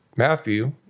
Matthew